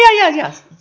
ya ya ya